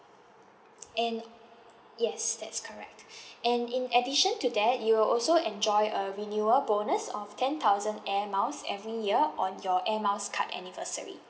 and yes that's correct and in addition to that you will also enjoy a renewal bonus of ten thousand air miles every year on your air miles card anniversary